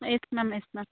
yes ma'am yes ma'am